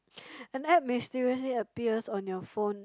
an app mysteriously appears on your phone